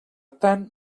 tant